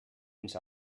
fins